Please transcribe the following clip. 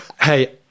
hey